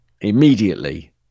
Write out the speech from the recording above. Immediately